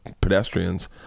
pedestrians